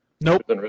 Nope